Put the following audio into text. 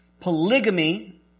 Polygamy